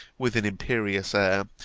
with an imperious air,